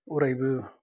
अरायबो